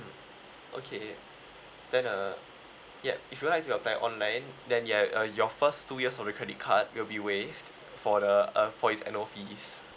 okay that uh ya if you like to apply online then ya uh your first two years of the credit card will be waived for the uh for its annual fees